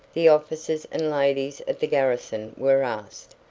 the officers and ladies of the garrison were asked,